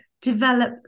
develop